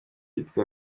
yitwa